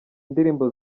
ndirimbo